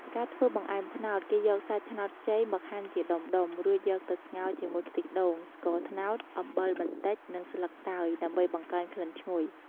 ការធ្វើបង្អែមត្នោត គេយកសាច់ត្នោតខ្ចីមកហាន់ជាដុំៗ រួចយកទៅស្ងោរជាមួយខ្ទិះដូង ស្ករត្នោត អំបិលបន្តិច និងស្លឹកតើយ ដើម្បីបង្កើនក្លិនឈ្ងុយ។